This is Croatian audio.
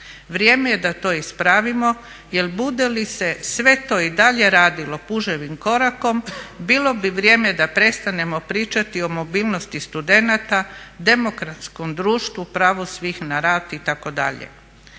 Vrijeme je da to ispravimo jel bude li se sve to i dalje radilo puževim korakom bilo bi vrijeme da prestanemo pričati o mobilnosti studenata, demokratskom društvu, pravo svih na rad itd.